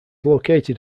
located